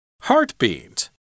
heartbeat